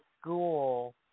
school